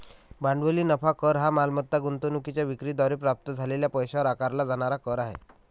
भांडवली नफा कर हा मालमत्ता गुंतवणूकीच्या विक्री द्वारे प्राप्त झालेल्या पैशावर आकारला जाणारा कर आहे